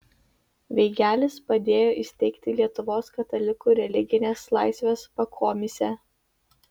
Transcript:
veigelis padėjo įsteigti lietuvos katalikų religinės laisvės pakomisę